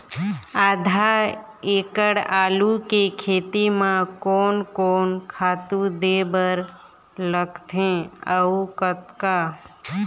आधा एकड़ आलू के खेती म कोन कोन खातू दे बर लगथे अऊ कतका?